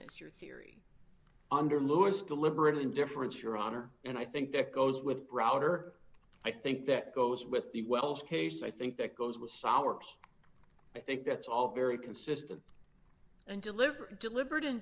this your theory under louis deliberate indifference your honor and i think that goes with browder i think that goes with the wells case i think that goes with sours i think that's all very consistent and deliver deliberate in